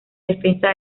defensa